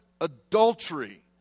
adultery